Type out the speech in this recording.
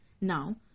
Now